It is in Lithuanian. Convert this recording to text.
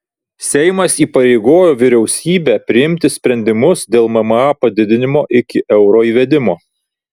seimas įpareigojo vyriausybę priimti sprendimus dėl mma padidinimo iki euro įvedimo